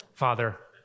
Father